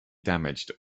damaged